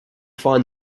find